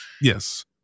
yes